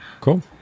Cool